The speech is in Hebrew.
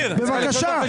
בבקשה.